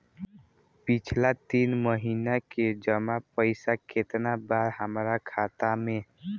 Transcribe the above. पिछला तीन महीना के जमा पैसा केतना बा हमरा खाता मे?